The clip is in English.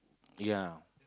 yeah